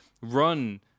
run